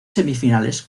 semifinales